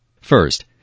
First